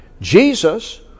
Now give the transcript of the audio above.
Jesus